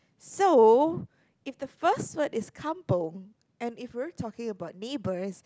so if the first word is kampung and if we're talking about neighbours